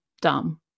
dumb